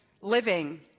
living